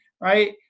right